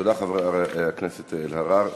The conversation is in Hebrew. תודה, חברת הכנסת אלהרר.